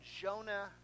Jonah